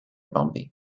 bumpy